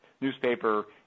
newspaper